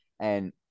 and-